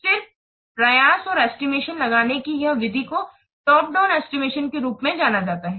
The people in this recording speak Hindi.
फिर प्रयास या एस्टिमेशन लगाने की यह विधि को टॉप डाउन एस्टिमेशन के रूप में जाना जाता है